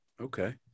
okay